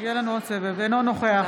אינו נוכח